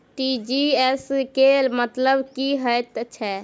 TGS केँ मतलब की हएत छै?